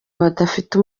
badafite